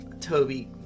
Toby